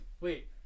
wait